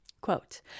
Quote